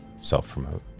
self-promote